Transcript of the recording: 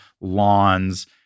lawns